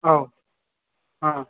औ अ